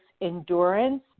endurance